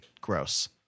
gross